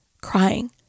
crying